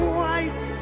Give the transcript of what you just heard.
white